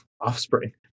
offspring